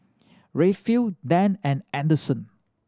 Rayfield Dann and Anderson